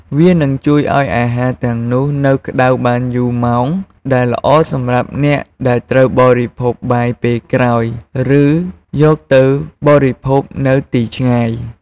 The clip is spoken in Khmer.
វានឹងជួយឲ្យអាហារទាំងនោះនៅក្ដៅបានយូរម៉ោង ដែលល្អសម្រាប់អ្នកដែលត្រូវបរិភោគបាយពេលក្រោយ ឬយកទៅបរិភោគនៅទីឆ្ងាយ។